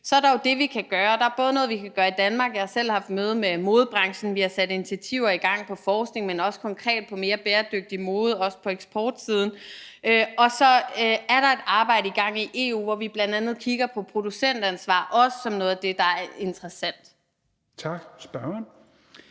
Så er der jo det, vi kan gøre, og der er både noget, vi kan gøre i Danmark – jeg har selv haft møde med modebranchen, vi har sat initiativer i gang i forhold til forskning, men også konkret i forhold til en mere bæredygtig mode, også på eksportsiden – og så er der et arbejde i gang i EU, hvor vi bl.a. også kigger på producentansvar som noget af det, der er interessant. Kl.